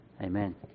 Amen